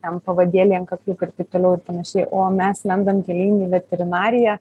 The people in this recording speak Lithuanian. ten pavadėliai antkakliukai ir taip toliau ir panašiai o mes lendam gilyn į veterinariją